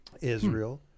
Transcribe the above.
Israel